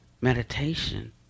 meditation